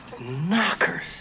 knockers